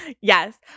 Yes